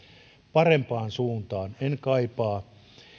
parempaan suuntaan en kaipaa